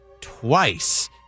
twice